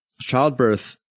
childbirth